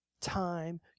time